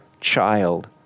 child